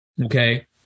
Okay